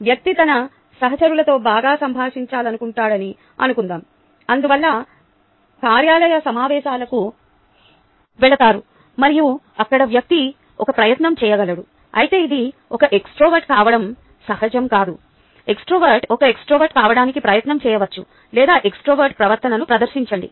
వ్యక్తి తన సహచరులతో బాగా సంభాషించాలనుకుంటున్నాడని అనుకుందాం అందువల్ల కార్యాలయ సమావేశాలకు వెళతారు మరియు అక్కడ వ్యక్తి ఒక ప్రయత్నం చేయగలడు అయితే ఇది ఒక ఎక్స్ట్రావర్ట్ కావడం సహజం కాదు ఇంట్రోవర్ట్ ఒక ఎక్స్ట్రావర్ట్ కావడానికి ప్రయత్నం చేయవచ్చు లేదా ఎక్స్ట్రావర్ట్ ప్రవర్తనను ప్రదర్శించండి